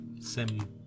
Sim